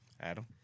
Adam